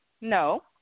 No